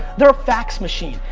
they're a fax machine.